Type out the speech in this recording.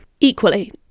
equally